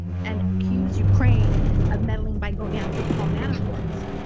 and accused ukraine of meddling by going after paul manafort.